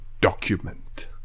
document